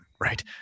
right